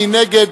מי נגד?